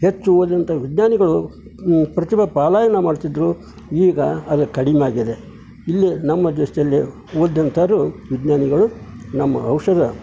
ಹೆಚ್ಚು ಓದಿದಂಥ ವಿಜ್ಞಾನಿಗಳು ಪ್ರತಿಭಾ ಪಾಲಾಯನ ಮಾಡ್ತಿದ್ರು ಈಗ ಅದು ಕಡಿಮೆ ಆಗಿದೆ ಇಲ್ಲಿ ನಮ್ಮ ದೇಶದಲ್ಲಿ ಓದ್ಯಂತಾರು ವಿಜ್ಞಾನಿಗಳು ನಮ್ಮ ಔಷಧ